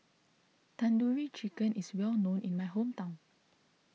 Tandoori Chicken is well known in my hometown